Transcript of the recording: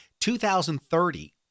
2030